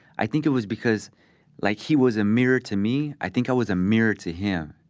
i think it was because like he was a mirror to me. i think i was a mirror to him.